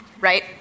right